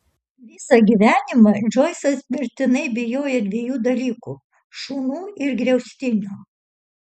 visą gyvenimą džoisas mirtinai bijojo dviejų dalykų šunų ir griaustinio